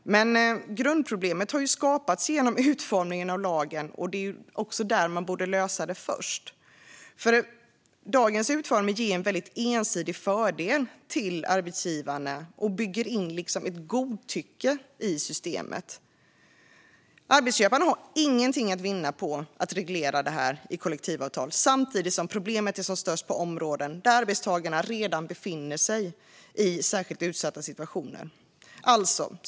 Men grundproblemet har skapats genom utformningen av lagen, och det är där det först borde lösas. Dagens utformning ger en väldigt ensidig fördel till arbetsgivarna och bygger in ett godtycke i systemet. Arbetsköparna har inget att vinna på att reglera detta i kollektivavtal, samtidigt som problemet är som störst på områden där arbetstagarna redan befinner sig i särskilt utsatta situationer.